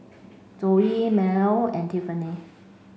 Zoe Merl and Tiffany